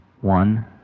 one